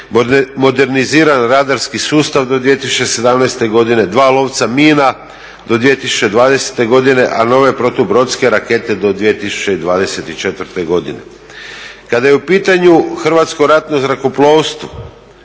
moderniziran radarski sustav do 2017. godine, dva lovca mina do 2020. godina, a nove protu brodske rakete do 2024. godine. Kada je u pitanju hrvatsko ratno zrakoplovstvo